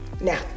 Now